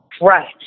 right